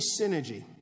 synergy